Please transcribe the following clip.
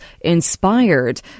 inspired